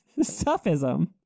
Sufism